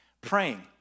praying